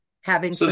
having-